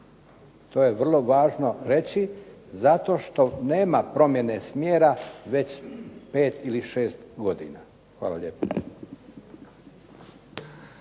To je vrlo važno reći zato što nema promjene smjera već 5 ili 6 godina. Hvala lijepo.